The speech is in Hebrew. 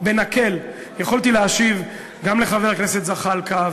בנקל יכולתי להשיב גם לחבר הכנסת זחאלקה,